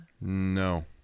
No